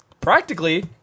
practically